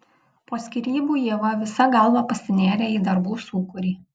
po skyrybų ieva visa galva pasinėrė į darbų sūkurį